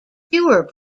fewer